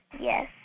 Yes